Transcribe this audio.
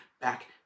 back